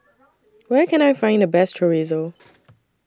Where Can I Find The Best Chorizo